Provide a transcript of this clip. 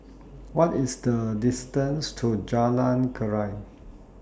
What IS The distance to Jalan Keria